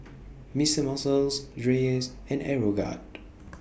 Mister Muscle Dreyers and Aeroguard